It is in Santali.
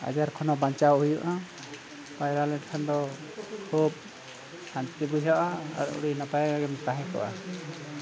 ᱟᱡᱟᱨ ᱠᱷᱚᱱ ᱦᱚᱸ ᱵᱟᱧᱪᱟᱣ ᱦᱩᱭᱩᱜᱼᱟ ᱯᱟᱭᱨᱟ ᱞᱮᱱᱠᱷᱟᱱ ᱫᱚ ᱠᱷᱩᱵ ᱥᱟᱹᱱᱛᱤ ᱵᱩᱡᱷᱟᱹᱜᱼᱟ ᱟᱨ ᱟᱹᱰᱤ ᱱᱟᱯᱟᱭ ᱜᱮᱢ ᱛᱟᱦᱮᱸ ᱠᱚᱜᱼᱟ